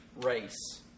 race